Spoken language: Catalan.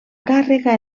càrrega